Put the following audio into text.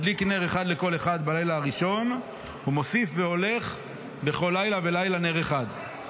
מדליק נר אחד לכל אחד בלילה הראשון ומוסיף והולך בכל לילה ולילה נר אחד.